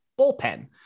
bullpen